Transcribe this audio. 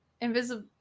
invisible